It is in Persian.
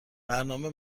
برنامه